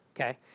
Okay